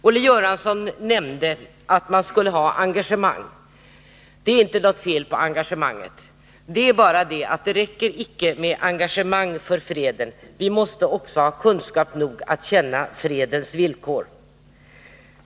Olle Göransson nämnde att man skulle ha engagemang. Det är inte något fel på engagemanget. Det är bara det att det icke räcker med engagemang för freden. Vi måste också ha kunskap nog att känna fredens villkor.